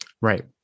right